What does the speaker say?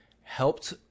helped